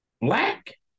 black